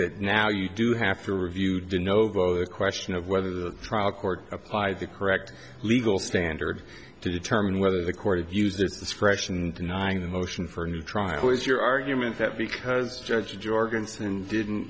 that now you do have to review do novo the question of whether the trial court applied the correct legal standard to determine whether the court of use its discretion and denying the motion for a new trial is your argument that because judge jorgensen didn't